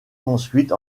ensuite